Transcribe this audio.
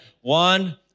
One